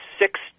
six